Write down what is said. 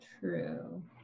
true